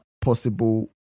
possible